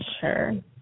Sure